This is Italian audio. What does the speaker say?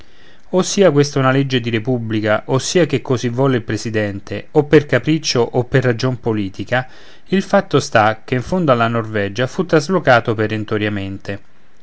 sia questa una legge di repubblica o sia che così volle il presidente o per capriccio o per ragion politica il fatto sta che in fondo alla norvegia fu traslocato perentoriamente